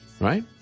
right